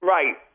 Right